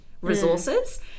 resources